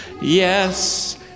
yes